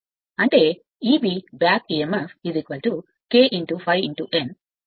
అంటే Eb back emf K ∅ n